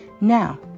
Now